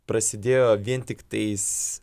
prasidėjo vien tiktais